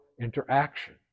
interaction